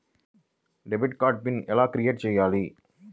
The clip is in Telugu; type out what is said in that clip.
డెబిట్ కార్డు పిన్ ఎలా క్రిఏట్ చెయ్యాలి?